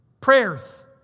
prayers